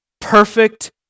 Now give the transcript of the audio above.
perfect